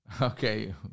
Okay